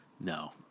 No